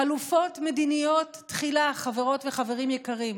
חלופות מדיניות תחילה, חברות וחברים יקרים,